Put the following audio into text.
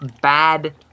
bad